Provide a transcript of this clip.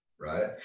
right